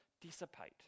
dissipate